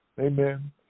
Amen